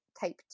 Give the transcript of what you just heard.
type